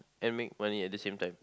and make money at the same time